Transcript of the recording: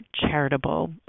charitable